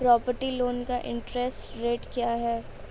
Property loan का interest rate क्या है?